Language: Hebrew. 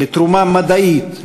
לתרומה מדעית,